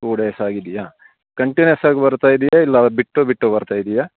to days ಆಗಿದೆಯಾ ಕಂಟಿನ್ಯೂಸ್ಸಾಗಿ ಬರ್ತಾ ಇದೆಯಾ ಇಲ್ಲ ಬಿಟ್ಟು ಬಿಟ್ಟು ಬರ್ತಾ ಇದೆಯಾ